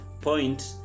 point